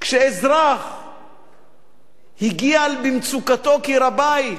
כשאזרח הגיע, במצוקתו כי רבה היא,